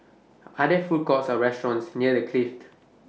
Are There Food Courts Or restaurants near The Clift